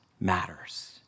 matters